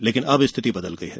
लेकिन अब स्थिति बदल गई है